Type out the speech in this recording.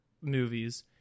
movies